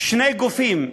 שני גופים,